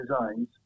designs